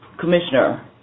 Commissioner